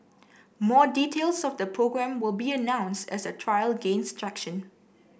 more details of the programme will be announced as the trial gains traction